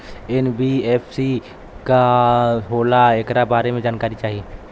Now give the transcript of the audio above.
NBFC का होला ऐकरा बारे मे जानकारी चाही?